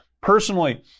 personally